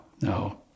no